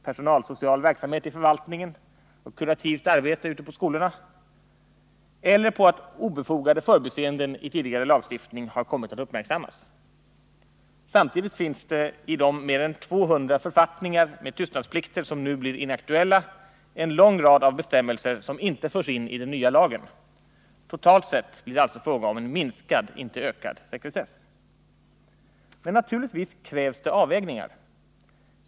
personalsocial verksamhet i förvaltningen och kurativt arbete ute i skolorna — eller på att obefogade förbiseenden i tidigare lagstiftning har kommit att uppmärksammas. Samtidigt finns det i de mer än 200 författningar med tystnadsplikt som nu blir inaktuella en lång rad av bestämmelser som inte förs in i den nya lagen. Totalt sett blir det alltså fråga om minskad, inte ökad sekretess. Men naturligtvis krävs det avvägningar.